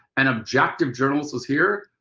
an objective journals was here.